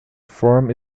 form